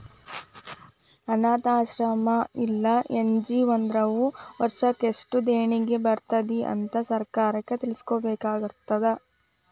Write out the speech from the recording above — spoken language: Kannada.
ಅನ್ನಾಥಾಶ್ರಮ್ಮಾ ಇಲ್ಲಾ ಎನ್.ಜಿ.ಒ ದವ್ರು ವರ್ಷಕ್ ಯೆಸ್ಟ್ ದೇಣಿಗಿ ಬರ್ತೇತಿ ಅಂತ್ ಸರ್ಕಾರಕ್ಕ್ ತಿಳ್ಸಬೇಕಾಗಿರ್ತದ